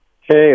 Hey